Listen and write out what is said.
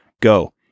Go